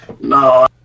No